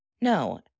no